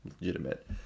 legitimate